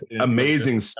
Amazing